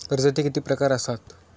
कर्जाचे किती प्रकार असात?